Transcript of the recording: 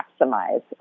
maximize